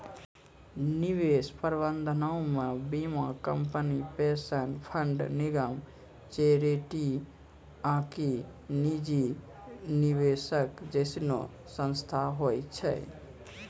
निवेश प्रबंधनो मे बीमा कंपनी, पेंशन फंड, निगम, चैरिटी आकि निजी निवेशक जैसनो संस्थान होय छै